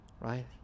Right